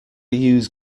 use